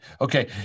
Okay